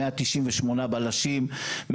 198 בלשים,